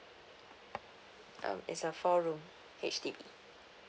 um it's a four room H_D_B